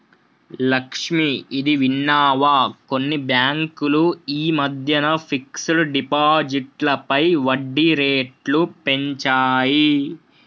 లక్ష్మి, ఇది విన్నావా కొన్ని బ్యాంకులు ఈ మధ్యన ఫిక్స్డ్ డిపాజిట్లపై వడ్డీ రేట్లు పెంచాయి